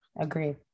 Agreed